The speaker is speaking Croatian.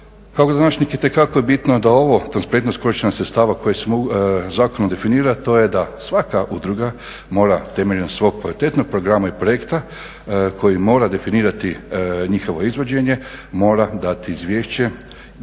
se ne razumije./… itekako je bitno da ova transparentnost korištenja sredstava koje se mogu zakonom definirati to je da svaka udruga mora temeljem svog kvalitetnog programa i projekta koji mora definirati njihovo izvođenje mora dati izvješće,